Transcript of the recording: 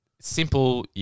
simple